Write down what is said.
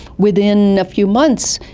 within a few months,